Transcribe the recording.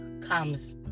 comes